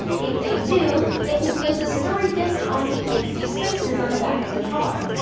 if they do, they can place a story disc on the empty spaces on the back of the card.